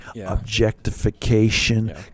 objectification